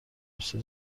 مثل